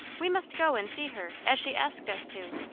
we must go and see her as she asked us to,